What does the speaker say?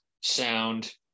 sound